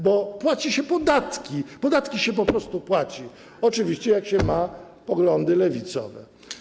Bo płaci się podatki, podatki się po prostu płaci, oczywiście jak się ma poglądy lewicowe.